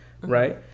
Right